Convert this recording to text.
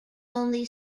only